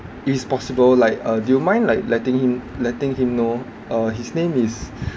if it's possible like uh do you mind like letting him letting him know uh his name is